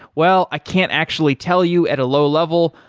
well, i can't actually tell you at a low-level,